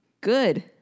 Good